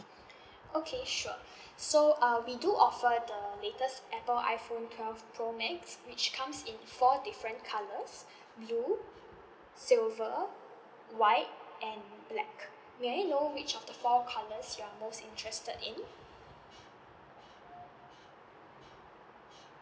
okay sure so uh we do offer the latest apple iphone twelve pro max which comes in four different colours blue silver white and black may I know which of the four colours you are most interested in